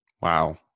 Wow